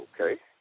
Okay